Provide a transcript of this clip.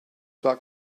zwar